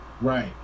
Right